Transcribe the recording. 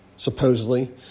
supposedly